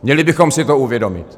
Měli bychom si to uvědomit.